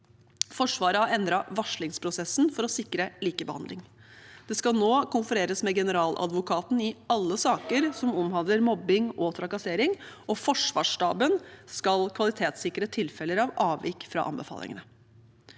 Forsvaret har endret varslingsprosessen for å sikre likebehandling. Det skal nå konfereres med Generaladvokaten i alle saker som omhandler mobbing og trakassering, og Forsvarsstaben skal kvalitetssikre tilfeller av avvik fra anbefalingene.